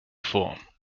vor